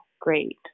great